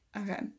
Okay